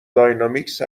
داینامیکس